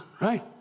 right